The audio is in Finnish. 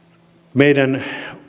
meidän